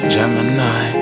Gemini